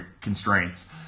constraints